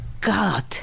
God